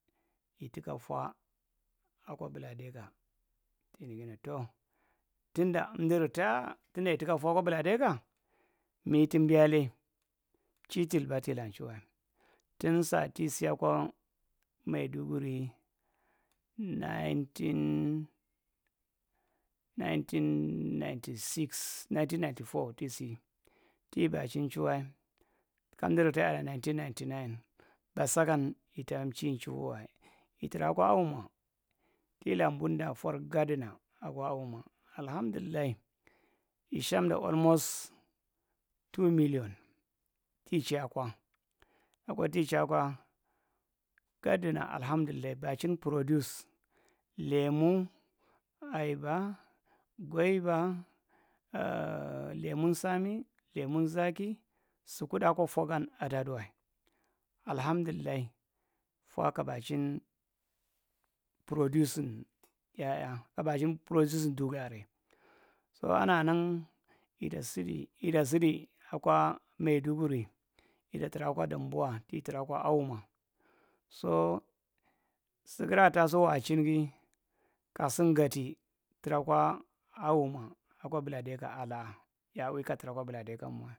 Ittikka fwa akwa buladeka timu tin tou tuenda emdu ritayya tinda ittikka fwa akwa buladeka mi tum biyaale mchi chiliba chila nchuhwa tin- saa ti siynakwa maiduguri naayintinnn naayinti sis naayintin naayinti foo tisi ti baa- chin nchukwae kamdu ritati naayinti naayinti naayi ba sakoan itann chi- chuhukwae, itra kwa ahumma kila buɗɗa fwar gaduna akwa ahumma alahan ɗullai ishamd olmos tu miliyon ki- chae kwa, akwa ti- chae kwa gaaduna alahamdulllai bai- chin prodeis lemu zaaki sukuɗaa kwa fwa- gan aɗaaɗuwae alahamɗullai fwa knu baachin produsin yaya khu baa- chin pordusin ɗugu- arrae so an- nang ita sidi ita sidi akwa maiduguri ita tra- kwa dambuwa ti traakwa ahumma soo sugura tasu wachin gi ka sing gati traa kwa ahunna akwa buladeka ala’aa ya’aawi ka tra- kwa bulaɗaekona wae.